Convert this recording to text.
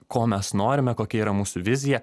ko mes norime kokia yra mūsų vizija